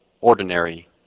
ordinary